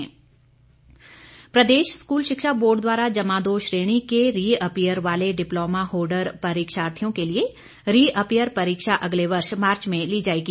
शिक्षा बोर्ड प्रदेश स्कूल शिक्षा बोर्ड द्वारा जमा दो श्रेणी के री अपीयर वाले डिप्लोमा होल्डर परीक्षार्थियों के लिए री अपीयर परीक्षा अगले वर्ष मार्च में ली जाएगी